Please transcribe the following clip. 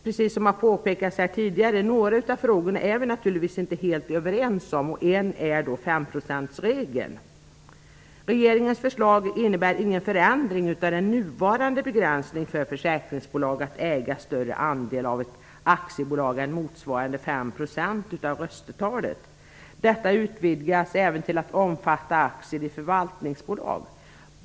Precis som det har påpekats här tidigare finns det några frågor som vi inte är helt överens om. En sådan fråga gäller femprocentsregeln. Regeringens förslag innebär ingen förändring av den nuvarande begränsningen för försäkringsbolag att äga större andel av ett aktiebolag än motsvarande 5 % av röstetalet. Detta utvidgas även till att omfatta aktier i förvaltningsbolag.